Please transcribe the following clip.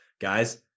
Guys